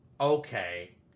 okay